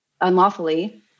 unlawfully